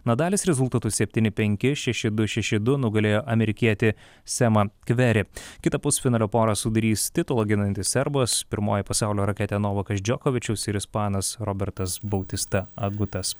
nadalis rezultatu septyni penki šeši du šeši du nugalėjo amerikietį semą kverį kitą pusfinalio porą sudarys titulą ginantis serbas pirmoji pasaulio raketė novakas džiokovičius ir ispanas robertas bautista agutas